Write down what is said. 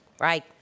right